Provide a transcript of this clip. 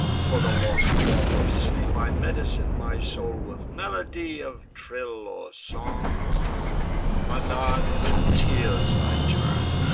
for the lost balm of sleep, i medicine my soul with melody of trill or song anon to tears i turn,